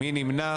מי נמנע?